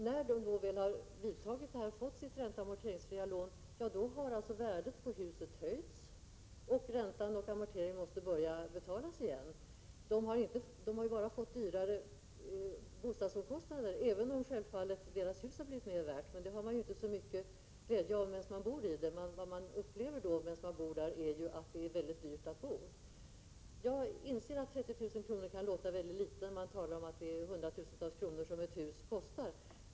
När man väl har fått sitt ränteoch amorteringsfria lån, har marknadsvärdet på huset ökat, och så måste man börja betala ränta och amorteringar. Man får alltså högre bostadsomkostnader — även om huset självfallet har stigit i värde. Men att huset stigit i värde har man ju inte så stor — Prot. 1986/87:35 glädje av så länge man bor i det. Vad man upplever under den tid som man 25 november 1986 bor i sitt hus är ju att det är väldigt dyrt att bo. FÖRRA. See Jag inser att 30 000 kr. kan förefalla att vara ett väldigt litet belopp när ett hus kostar hundratusentals kronor.